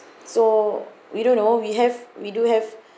so we don't know we have we do have